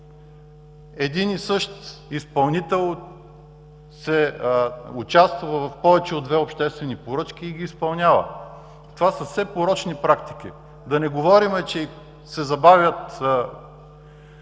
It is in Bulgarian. Един и същ изпълнител участва в повече от две обществени поръчки и ги изпълнява. Това са все порочни практики. Да не говорим, че се забавят